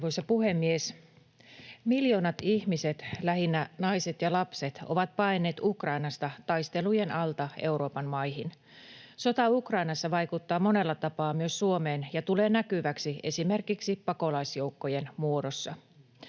Arvoisa puhemies! Miljoonat ihmiset, lähinnä naiset ja lapset, ovat paenneet Ukrainasta taistelujen alta Euroopan maihin. Sota Ukrainassa vaikuttaa monella tapaa myös Suomeen ja tulee näkyväksi esimerkiksi pakolaisjoukkojen muodossa.